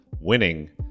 winning